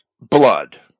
blood